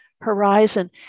horizon